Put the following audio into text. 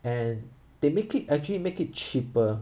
and they make it actually make it cheaper